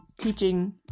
Teaching